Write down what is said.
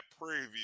Preview